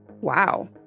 Wow